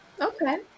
Okay